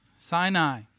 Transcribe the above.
Sinai